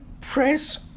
press